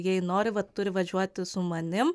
jei nori vat turi važiuoti su manim